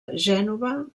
gènova